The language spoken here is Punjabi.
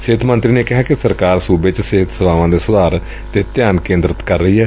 ਸਿਹਤ ਮੰਤਰੀ ਨੇ ਕਿਹਾ ਕਿ ਸਰਕਾਰ ਸੂਬੇ ਚ ਸਿਹਤ ਸੇਵਾਵਾਂ ਦੇ ਸੁਧਾਰ ਤੇ ਧਿਆਨ ਕੇਂਦਰਤ ਕਰ ਰਹੀ ਏ